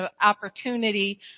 opportunity